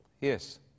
Yes